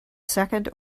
second